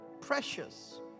Precious